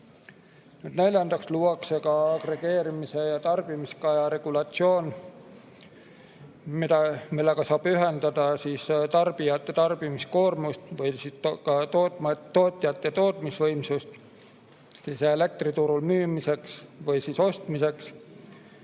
Neljandaks luuakse agregeerimise ja tarbimiskaja regulatsioon, millega saab ühendada tarbijate tarbimiskoormust ja ka tootjate tootmisvõimsust elektri turul müümiseks või ostmiseks.